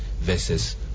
versus